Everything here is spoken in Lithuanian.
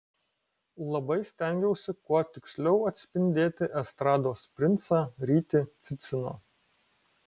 labai stengiausi kuo tiksliau atspindėti estrados princą rytį ciciną